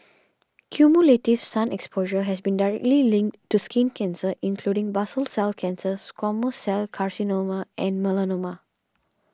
cumulative sun exposure has been directly linked to skin cancer including basal cell cancer squamous cell carcinoma and melanoma